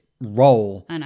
role